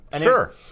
Sure